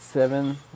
Seven